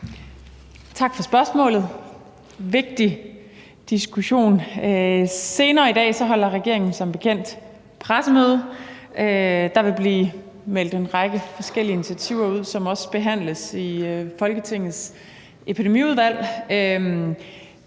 Tak for spørgsmålet. Det er en vigtig diskussion. Senere i dag holder regeringen som bekendt et pressemøde, og der vil blive meldt en række forskellige initiativer ud, som også behandles i Folketingets Epidemiudvalg.